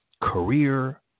career